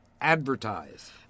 advertise